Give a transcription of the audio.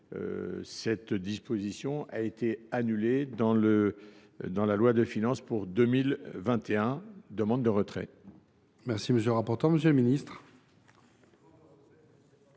cette disposition a été supprimée dans la loi de finances pour 2021 : demande de retrait